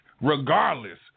Regardless